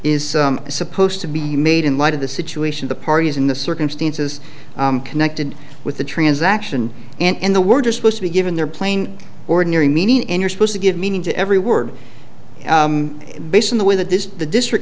is supposed to be made in light of the situation the parties in the circumstances connected with the transaction and the words are supposed to be given their plain ordinary meaning and you're supposed to give meaning to every word based on the way that this the district